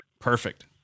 Perfect